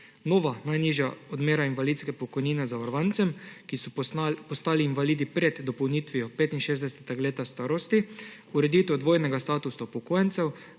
nova najnižja odmera invalidske pokojnine zavarovancem, ki so postali invalidi pred dopolnitvijo 65. leta starosti; ureditev dvojnega statusa upokojencev;